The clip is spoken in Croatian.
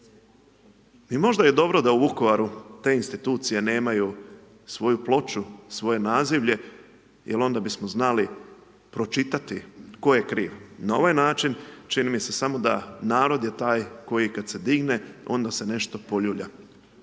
I možda je dobro da Vukovaru te institucije nemaju svoju ploču, svoje nazivlje jer onda bismo znali pročitati tko kriv. Na ovaj čini mi se samo da narod je taj koji kad se digne, onda se nešto poljulja.